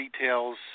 details